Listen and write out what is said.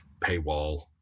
paywall